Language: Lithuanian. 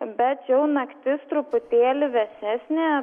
bet jau naktis truputėlį vėsesnė